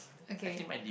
okay